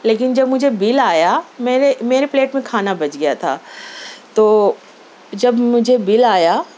لیکن جب مجھے بِل آیا میں نے میرے پلیٹ میں کھانا بچ گیا تھا تو جب مجھے بِل آیا